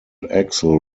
axle